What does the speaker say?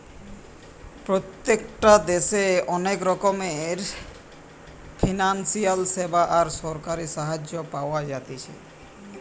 প্রত্যেকটা দেশে অনেক রকমের ফিনান্সিয়াল সেবা আর সরকারি সাহায্য পাওয়া যাতিছে